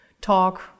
talk